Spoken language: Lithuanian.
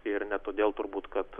ir ne todėl turbūt kad